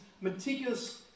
meticulous